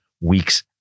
weeks